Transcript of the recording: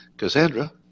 Cassandra